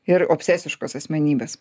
ir obsesiškos asmenybės